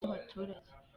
by’abaturage